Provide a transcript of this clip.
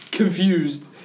Confused